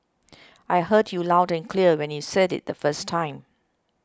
I heard you loud and clear when you said it the first time